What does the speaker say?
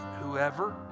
whoever